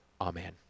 Amen